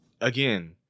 again